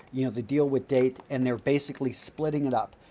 you know, the deal with date and they're basically splitting it up.